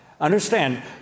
understand